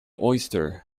oyster